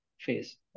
face